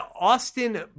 Austin